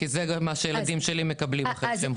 כי זה גם מה שהילדים שלי מקבלים אחרי שהם חוזרים,